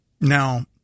Now